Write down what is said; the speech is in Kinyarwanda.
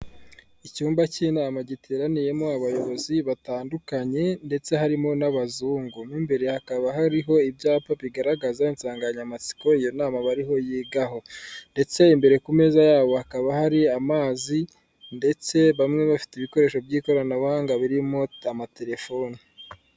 Icyumba cy'inama giteraniyemo abayobozi batandukanye ndetse harimo n'abazungu. Mo imbere hakaba hariho ibyapa bigaragaza insanganyamatsiko iyo nama bariho yigaho ndetse imbere ku meza yabo, hakaba hari amazi ndetse bamwe bafite ibikoresho by'ikoranabuhanga birimo amatelefoni.